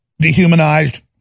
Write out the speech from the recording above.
dehumanized